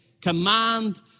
command